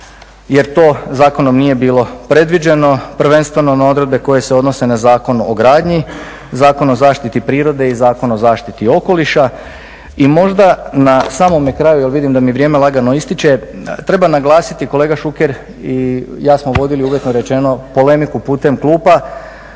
jer to zakonom nije bilo predviđeno, prvenstveno na odredbe koje se odnose na Zakon o gradnji, Zakon o zaštiti prirode i Zakon o zaštiti okoliša. I možda na samome kraju, jer vidim da mi vrijeme lagano ističe, treba naglasiti, kolega Šuker i ja smo vodili uvjetno rečeno polemiku putem klupa,